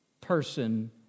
person